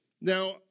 Now